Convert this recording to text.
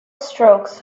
strokes